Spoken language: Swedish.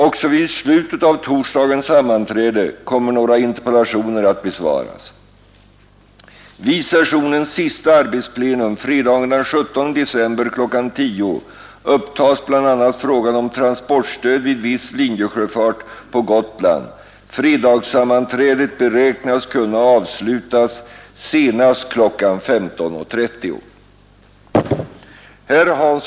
Också vid slutet av torsdagens sammanträde kommer några interpellationer att besvaras.